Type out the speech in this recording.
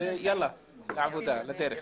יאללה, לעבודה, לדרך.